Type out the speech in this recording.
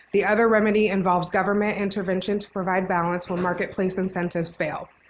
the other remedy involves government intervention to provide balance when marketplace incentives fail.